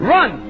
Run